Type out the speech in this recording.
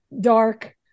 dark